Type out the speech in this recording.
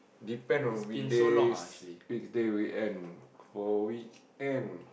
depend on weekdays big day weekend